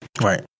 Right